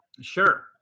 Sure